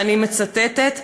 ואני מצטטת: